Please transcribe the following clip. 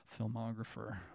filmographer